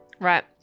Right